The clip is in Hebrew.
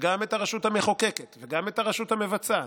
גם את הרשות המחוקקת וגם את הרשות המבצעת,